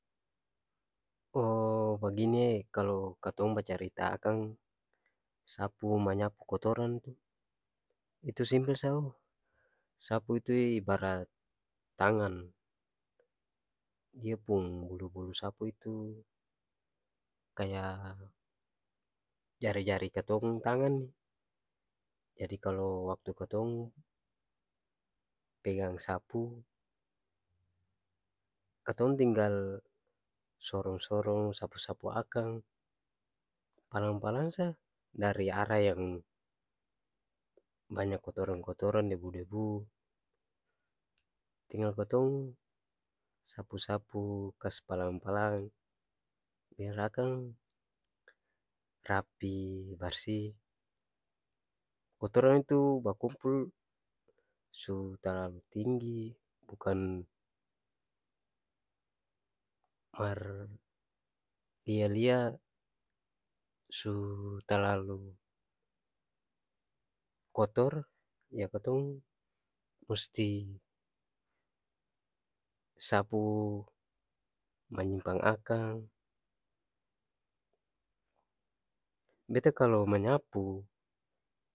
Oo bagini'e kalo katong bacarita akang sapu manyapu kotoran tu itu simpel sa oh sapu itu'e ibarat tangan dia pung bulu-bulu sapu itu kaya jari-jari katong tangan ni jadi kalo waktu katong pegang sapu katong tinggal sorong-sorong sapu-sapu akang palang-palang sa dari ara yang banyak kotoran-kotoran debu-debu tingggal kotong sapu-sapu kas palan-palang biar akang rapi barsi kotoran itu bakumpul su talalu tinggi bukan mar lia-lia su talalu kotor, ya katong musti sapu, manyimpang akang beta kalo manyapu.